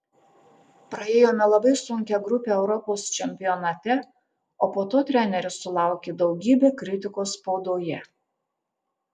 praėjome labai sunkią grupę europos čempionate o po to treneris sulaukė daugybę kritikos spaudoje